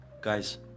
guys